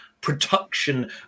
production